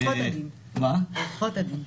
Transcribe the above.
ועורכות הדין.